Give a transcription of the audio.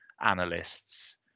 analysts